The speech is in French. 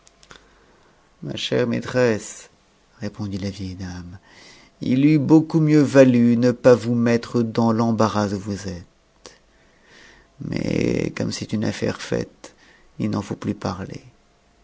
ma chère maîtresse répondit la vieille dame il eût beaucoup mieux valu ne vous pas mettre dans l'embarras où vous êtes mais comme c'est une affaire faite il n'en faut plus parler